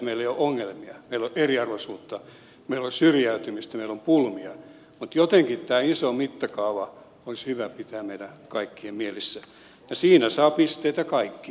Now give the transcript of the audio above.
meillä on eriarvoisuutta meillä on syrjäytymistä meillä on pulmia mutta jotenkin tämä iso mittakaava olisi hyvä pitää meidän kaikkien mielissä ja siinä saavat pisteitä kaikki